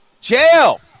jail